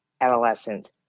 adolescents